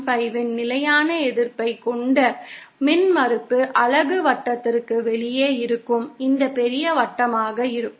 5 இன் நிலையான எதிர்ப்பைக் கொண்ட மின்மறுப்பு அலகு வட்டத்திற்கு வெளியே இருக்கும் இந்த பெரிய வட்டமாக இருக்கும்